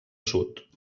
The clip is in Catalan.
sud